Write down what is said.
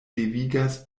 devigas